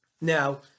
Now